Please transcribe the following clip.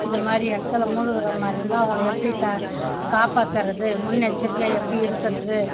இதைமாரி இடத்துல மூழ்கிற மாதிரி இருந்தா அவங்களை எப்படி த காப்பாற்றறது முன் எச்சரிக்கையாக எப்படி இருக்கிறது